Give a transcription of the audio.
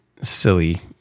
Silly